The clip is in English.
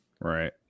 right